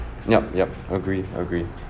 yep yep agree agree